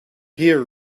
here